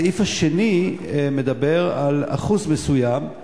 הסעיף השני מדבר על אחוז מסוים,